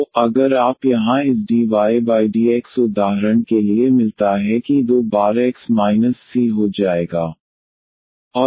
तो अगर आप यहाँ इस dydx उदाहरण के लिए मिलता है कि दो बार x माइनस c हो जाएगा